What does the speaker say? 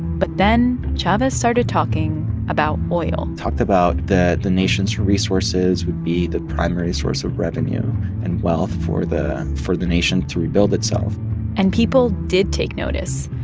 but then chavez started talking about oil talked about that the nation's resources would be the primary source of revenue and wealth for the for the nation to rebuild itself and people did take notice.